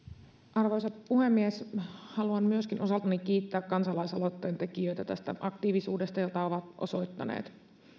arvoisa puhemies haluan myöskin osaltani kiittää kansalaisaloitteen tekijöitä tästä aktiivisuudesta jota he ovat osoittaneet